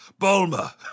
Bulma